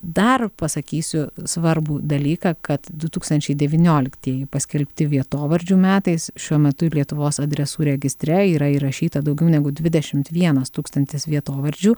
dar pasakysiu svarbų dalyką kad du tūkstančiai devynioliktieji paskelbti vietovardžių metais šiuo metu lietuvos adresų registre yra įrašyta daugiau negu dvidešimt vienas tūkstantis vietovardžių